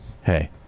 hey